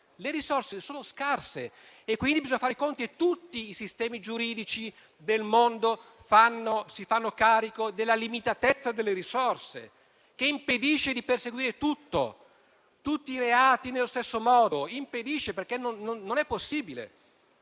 o no - sono scarse e limitate, quindi bisogna fare i conti e tutti i sistemi giuridici del mondo si fanno carico della limitatezza delle risorse, che impedisce di perseguire tutti i reati nello stesso modo, perché non è possibile.